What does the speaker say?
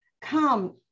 come